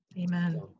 Amen